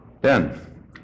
ben